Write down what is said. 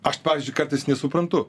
aš pavyzdžiui kartais nesuprantu